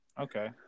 Okay